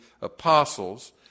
apostles